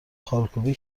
خالکوبی